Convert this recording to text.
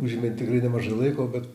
užėmė tikrai nemažai laiko bet